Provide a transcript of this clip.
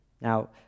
Now